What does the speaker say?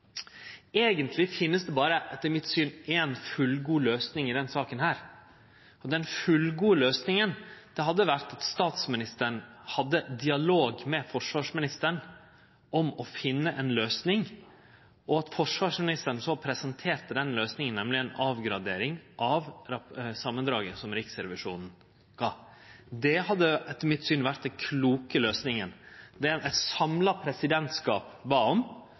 Eigentleg finst det etter mitt syn berre éi fullgod løysing i denne saka. Den fullgode løysinga hadde vore at statsministeren hadde dialog med forsvarsministeren om å finne ei løysing, og at forsvarsministeren så presenterte den løysinga, nemleg ei avgradering av samandraget som Riksrevisjonen gav. Det hadde etter mitt syn vore den kloke løysinga, ho som eit samla presidentskap bad om,